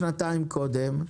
שנתיים קודם,